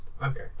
Okay